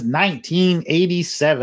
1987